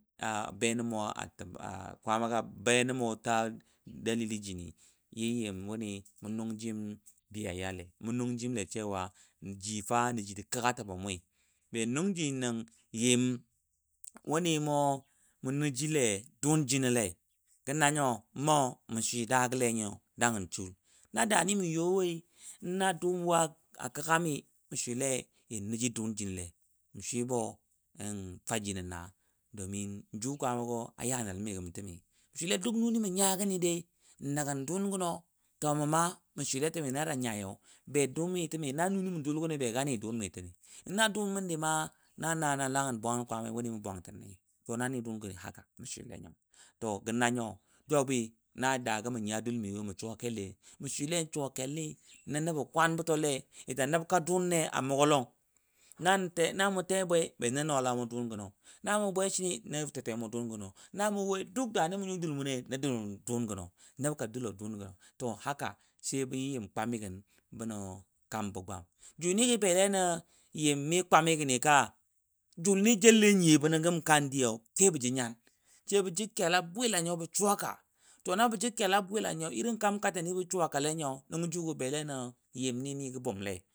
A benə mo- a təm kwaamanga be nəmo jinɨ Yɨ Yɨm wunɨ munong Jim lemu nong Jimle nJi nə ninɨkə gə təbə mui. Be nong jim nan Yamwo nɨ "mo- mu nə JiLei doon jinə Lei Gə nanyo mə mə swɨ daa gə lenyo dangən SuL, na daani mə yo woi, na duu wa a kəgamɨ, mə swile Yan nəjɨ doon jinə le, mə swile Yan nəji doon jinə le, mə swibo "en- faji nən naa n Ju kwaama go a yaa nəL mɨgama tə mɨ swile nuni mə nya gəni n nəgən doon gəno mə swile təmɨ na jan yai yo be duun mɨ təmɨ na nonɨ mə doL gə nt begani duum mi təmi. Na doon məndi na na na langən bwangən kwaaamai wunima bwangaɨənei nanɨ doon gɨ mə swilenyo. gə nan yo, juwabwɨ na daa gə mə nyadoL miwo mə suwa keLLei, mə swilen suwa keLni nə nə bə kwaan buto le, yasa nəbkə kwaan buto le, Yasanəbka doon a mungolong namu te bwel be nə nwalamo doon gəno, nə mu bewe sini nə tetemu doon gəno na mo woi daani munyəm duL muni nə duLmo duLo monə doon gəno, nəbka duLo doon gəro bə yɨ yɨm kwamɨgəm bəne- kambə gwa. Junɨ gə be Le Yɨm mɨ kwamɨ gəni ka? Julni belleni yo bənə gəm kaandi yo, kebə bə n byan, bə jəg keLa bwilanyo bə suwaka, na bə jəg kela bwiLan nyo kaam kaɨɨnɨ bə suwa kaLenyiyo nəngə Ju gə bele nə yɨm nɨ mɨgə bumLe